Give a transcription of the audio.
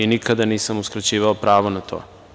Nikada nisam uskraćivao pravo na to.